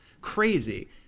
crazy